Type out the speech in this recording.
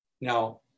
Now